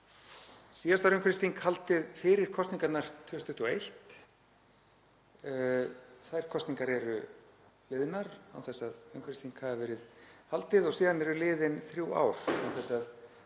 Síðast var umhverfisþing haldið fyrir kosningarnar 2021. Þær kosningar eru liðnar án þess að umhverfisþing hafi verið haldið og síðan eru liðin þrjú ár án þess að